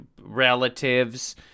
relatives